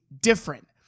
different